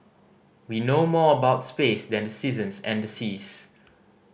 we know more about space than the seasons and the seas